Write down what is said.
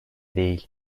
değil